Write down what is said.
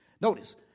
Notice